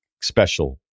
special